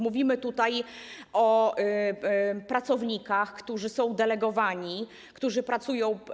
Mówimy tutaj o pracownikach, którzy są delegowani, którzy pracują.